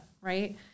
right